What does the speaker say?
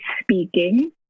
speaking